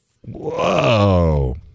Whoa